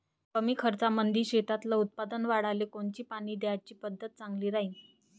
कमी खर्चामंदी शेतातलं उत्पादन वाढाले कोनची पानी द्याची पद्धत चांगली राहीन?